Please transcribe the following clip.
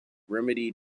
remedy